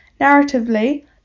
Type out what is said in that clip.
Narratively